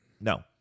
No